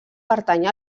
pertany